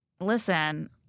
Listen